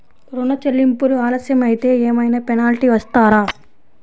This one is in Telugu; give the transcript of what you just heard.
ఋణ చెల్లింపులు ఆలస్యం అయితే ఏమైన పెనాల్టీ వేస్తారా?